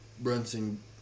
Brunson